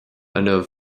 inniu